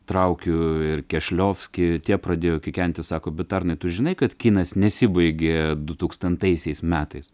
traukiu ir kešliovskį tie pradėjo kikenti sako bet arnai tu žinai kad kinas nesibaigė du tūkstantaisiais metais